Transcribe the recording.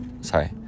sorry